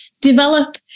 develop